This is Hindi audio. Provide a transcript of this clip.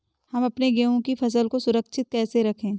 हम अपने गेहूँ की फसल को सुरक्षित कैसे रखें?